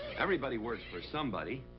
everybody works for somebody.